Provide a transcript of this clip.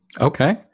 Okay